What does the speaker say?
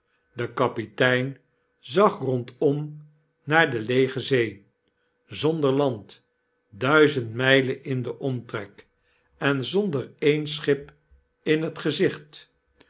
de kapitein zag rondom naar de leege zee zonder land duizend mylen in den omtrek en zonder een schip in t gezicht